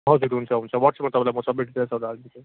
हजुर हुन्छ हुन्छ वाट्सएपमा म तपाईँलाई सबै डिटेल्सहरू हालिदिन्छु